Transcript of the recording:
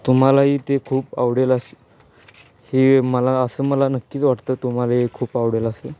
तुम्हालाही ते खूप आवडेल असे हे मला असं मला नक्कीच वाटतं तुम्हाला हे खूप आवडेल असेल